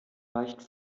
leicht